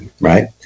right